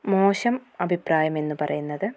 മോശം അഭിപ്രായം എന്നു പറയുന്നത്